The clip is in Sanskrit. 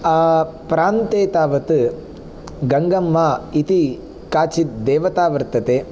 प्रान्ते तावत् गङ्गम्मा इति काचित् देवता वर्तते